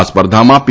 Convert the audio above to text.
આ સ્પર્ધામાં પી